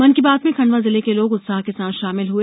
मन की बात में खंडवा जिले के लोग उत्साह के साथ शामिल हुए